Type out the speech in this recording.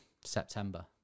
September